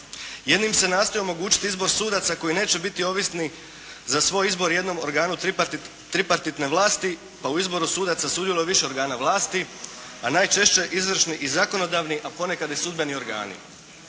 Jednim se nastoji omogućiti izbor sudaca koji neće biti ovisni za svoj izbor jednom organu tripartitne vlasti pa u izboru sudaca sudjeluje više organa vlasti a najčešće izvršni i zakonodavni a ponekad i sudbeni organi.